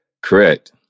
correct